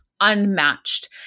unmatched